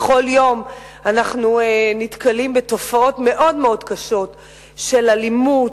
בכל יום אנחנו נתקלים בתופעות מאוד מאוד קשות של אלימות,